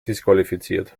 disqualifiziert